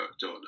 done